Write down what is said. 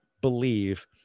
believe